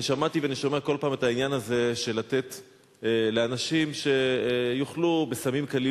אני שמעתי ואני שומע כל פעם את העניין הזה של לתת לאנשים שיוכלו להשתמש